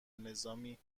نظامی